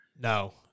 No